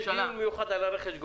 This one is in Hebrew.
היום ולהשתיל את זה בתוך הדיון הכלכלי,